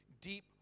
deep